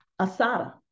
Asada